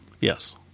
Yes